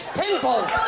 pimples